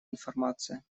информация